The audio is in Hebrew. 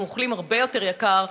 אנחנו אוכלים הרבה יותר יקר.